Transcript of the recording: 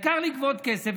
העיקר לגבות כסף,